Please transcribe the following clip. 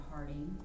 Harding